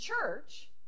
church